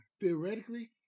Theoretically